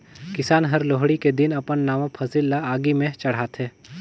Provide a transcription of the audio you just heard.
किसान हर लोहड़ी के दिन अपन नावा फसिल ल आगि में चढ़ाथें